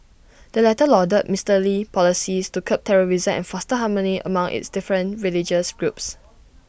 the latter lauded Mister Lee's policies to curb terrorism and foster harmony among its different religious groups